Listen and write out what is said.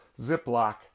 Ziploc